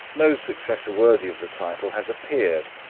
no successor worthy of the title has appeared,